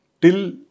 Till